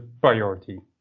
priority